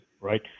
right